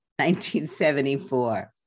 1974